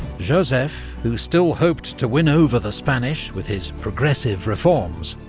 joseph, who still hoped to win over the spanish with his progressive reforms,